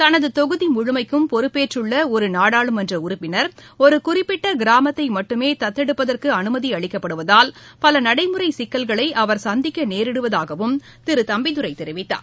தனது தொகுதி முழுமைக்கும் பொறுப்பேற்றுள்ள ஒரு நாடாளுமன்ற உறுப்பினர் ஒரு குறிப்பிட்ட கிராமத்தை மட்டுமே தத்தெடுப்பதற்கு அனுமதி அளிக்கப்படுவதால் பல நடைமுறை சிக்கல்களை அவர் சந்திக்க நேரிடுவதாகவும் திரு தம்பிதுரை தெரிவித்தார்